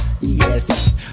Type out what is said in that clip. yes